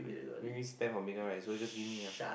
gonna really spend for Megan right so just give me lah